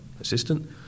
assistant